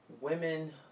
Women